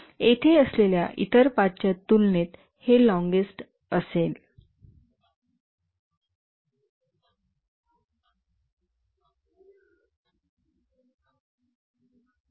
येथे असलेल्या इतर पाथच्या तुलनेत हे लोंगेस्ट असेल